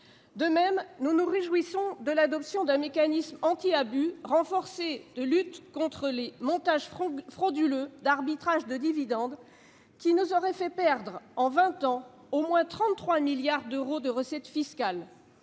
De même, nous nous réjouissons de l'adoption d'un mécanisme anti-abus renforcé de lutte contre les montages frauduleux d'arbitrage de dividendes, qui nous auraient fait perdre en vingt ans au moins 33 milliards d'euros de recettes fiscales.